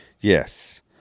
Yes